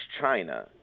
China